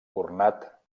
ornat